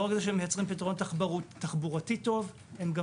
ולא רק זה שמייצרים פתרון תחבורתי טוב - הם גם